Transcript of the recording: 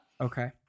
Okay